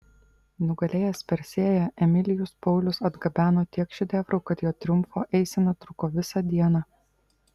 nugalėjęs persėją emilijus paulius atgabeno tiek šedevrų kad jo triumfo eisena truko visą dieną